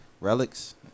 Relics